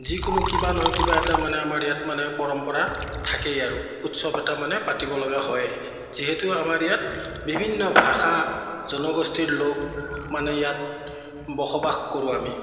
যিকোনো কিবা নহয় কিবা এটা মানে আমাৰ ইয়াত মানে পৰম্পৰা থাকেই আৰু উৎসৱ এটা মানে পাতিব লগা হয়েই যিহেতু আমাৰ ইয়াত বিভিন্ন ভাষা জনগোষ্ঠীৰ লোক মানে ইয়াত বসবাস কৰো আমি